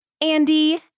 Andy